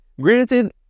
granted